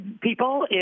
people